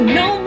no